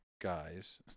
guys